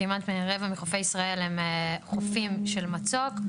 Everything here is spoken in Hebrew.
כמעט מרבע מחופי ישראל הם חופים של מצוק.